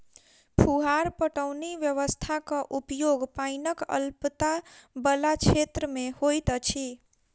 फुहार पटौनी व्यवस्थाक उपयोग पाइनक अल्पता बला क्षेत्र मे होइत अछि